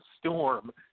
Storm